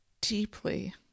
deeply